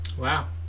Wow